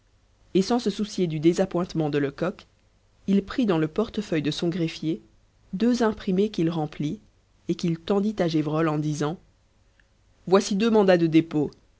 et sans se soucier du désappointement de lecoq il prit dans le portefeuille de son greffier deux imprimés qu'il remplit et qu'il tendit à gévrol en disant voici deux mandats de dépôt